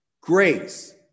grace